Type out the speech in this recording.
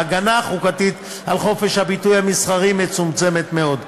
ההגנה החוקתית על חופש הביטוי המסחרי מצומצמת מאוד.